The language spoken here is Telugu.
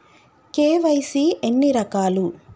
కే.వై.సీ ఎన్ని రకాలు?